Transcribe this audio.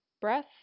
Breath